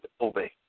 obey